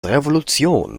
revolution